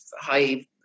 high